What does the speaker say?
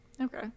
Okay